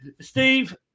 Steve